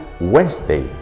Wednesday